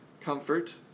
comfort